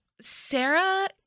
Sarah